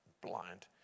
blind